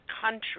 country